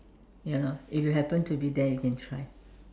ya lor if you happen to be there you can try